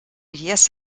yes